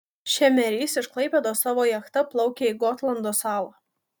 šemerys iš klaipėdos savo jachta plaukioja į gotlando salą